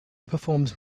performs